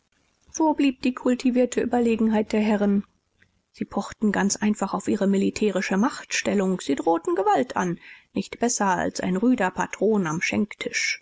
wo blieb die kultivierte überlegenheit der herren sie pochten ganz einfach auf ihre militärische machtstellung sie drohten gewalt an nicht besser als ein rüder patron am